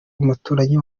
umuturanyi